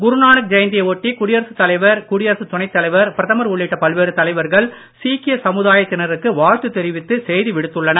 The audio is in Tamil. குருநானக் ஜெயந்தியை ஒட்டி குடியரசுத் தலைவர் குடியரசு துணைத்தலைவர் பிரதமர் உள்ளிட்ட பல்வேறு தலைவர்கள் சீக்கிய சமுதாயத்தினருக்கு வாழ்த்து தெரிவித்து செய்தி விடுத்துள்ளனர்